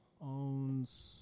owns